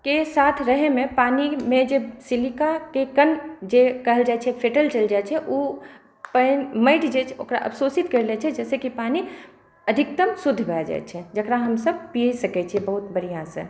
के साथ रहैमे पानीमे जे सिलिकाके कण जे कहल जाइ छै फेटल चलि जाइ छै ओ पानि माटि जे छै ओकरा अवशोषित करि लै छै जाहिसँ कि पानी अधिकतम शुद्ध भऽ जाइ छै जकरा हमसब पी सकै छिए बहुत बढ़िआँसँ